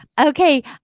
Okay